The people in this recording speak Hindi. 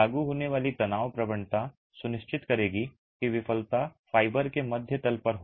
लागू होने वाली तनाव प्रवणता सुनिश्चित करेगी कि विफलता फाइबर के मध्य तल पर हो